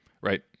right